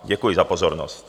Děkuji za pozornost.